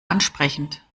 ansprechend